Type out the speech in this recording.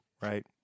Right